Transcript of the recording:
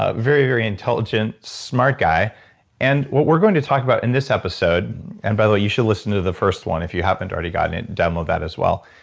ah very very intelligent, smart guy and what we're going to talk about in this episode and by the way you should listen to the first one if you haven't already gotten it download that as well.